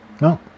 No